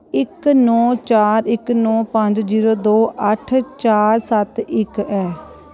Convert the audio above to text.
इक नौ चार इक नौ पंज जीरो दो अट्ठ चार सत्त इक ऐ